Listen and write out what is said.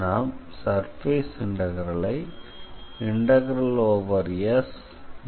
நாம் சர்ஃபேஸ் இன்டெக்ரலை SF